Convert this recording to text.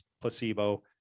placebo